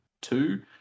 two